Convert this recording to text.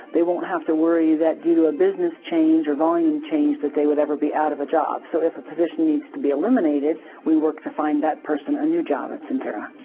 they won't have to worry that to to a business change or volume change, that they would ever be out of a job, so if a position needs to be eliminated, we work to find that person a new job at sentara.